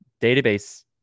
database